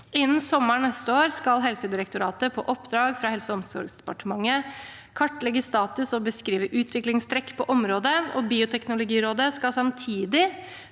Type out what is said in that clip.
Innen sommeren neste år skal Helsedirektoratet på oppdrag fra Helse- og omsorgsdepartementet kartlegge status og beskrive utviklingstrekk på området, og Bioteknologirådet skal samtidig